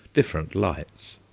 different lights.